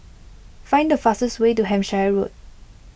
find the fastest way to Hampshire Road